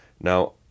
Now